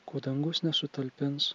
ko dangus nesutalpins